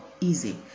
easy